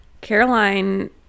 caroline